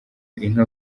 inka